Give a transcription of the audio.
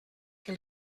que